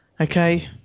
Okay